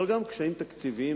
אבל גם קשיים תקציביים,